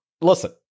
Listen